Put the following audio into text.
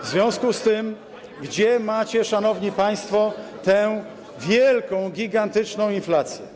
W związku z tym gdzie macie, szanowni państwo, tę wielką, gigantyczną inflację?